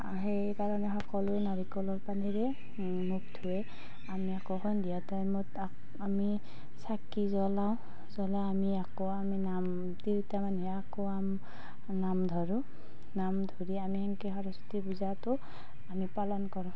অঁ সেইকাৰণে সকলোৱে নাৰিকলৰ পানীৰে মুখ ধোৱে আমি আকৌ সন্ধিয়া টাইমত আমি চাকি জ্বলাওঁ জ্বলাই আমি আকৌ আমি নাম তিৰোতা মানুহে আকৌ আমি নাম ধৰোঁ নাম ধৰি আমি সেনেকৈ সৰস্বতী পূজাটো আমি পালন কৰোঁ